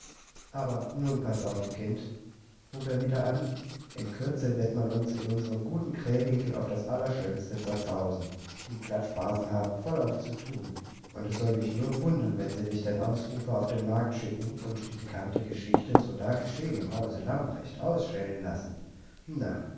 aber nun paß auf kind hob er wieder an in der kürze wird man uns in unserem guten krähwinkel auf das allerschönste zerzausen die klatschbasen haben vollauf zu thun und es soll mich nur wundern wenn sie nicht den ausrufer auf den markt schicken und die pikante geschichte so da geschehen im hause lamprecht ausschellen lassen na